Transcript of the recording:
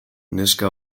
neska